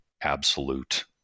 absolute